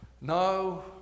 no